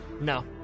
No